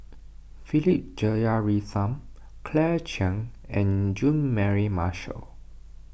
Philip Jeyaretnam Claire Chiang and Jean Mary Marshall